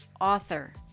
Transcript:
author